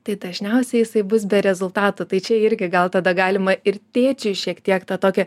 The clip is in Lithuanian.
tai dažniausiai jisai bus be rezultatų tai čia irgi gal tada galima ir tėčiui šiek tiek tą tokią